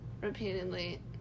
repeatedly